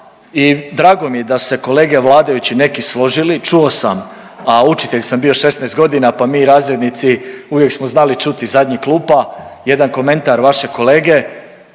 i drago mi je da su se kolege vladajući neki složili, čuo sam, a učitelj sam bio 16 godina, pa mi razrednici uvijek smo znali čuti iz zadnjih klupa jedan komentar vašeg kolege,